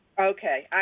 Okay